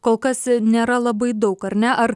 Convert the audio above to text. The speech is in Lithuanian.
kol kas nėra labai daug ar ne ar